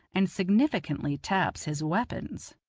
and significantly taps his weapons.